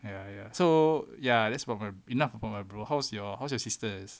ya ya so ya that's for enough of my bro how's your how's your sisters